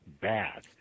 bad